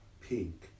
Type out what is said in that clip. pink